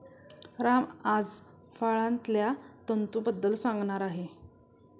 राम आज फळांतल्या तंतूंबद्दल सांगणार आहे